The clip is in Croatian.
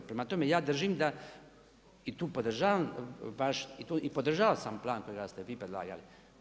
Prema tome, ja držim da i tu podržavam vaš, i podržao sam plan kojega ste vi predlagali.